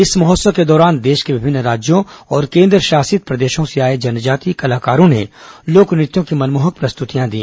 इस महोत्सव के दौरान देश के विभिन्न राज्यों और केंद्रशासित प्रदेशों से आए जनजातीय कलाकारों ने लोक नृत्यों की मनमोहक प्रस्तूतियां दी